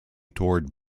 toward